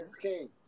king